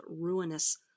ruinous